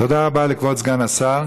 תודה רבה לכבוד סגן השר.